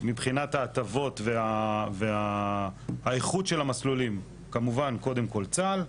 מבחינת ההטבות והאיכות של המסלולים כמובן: קודם כל צה"ל,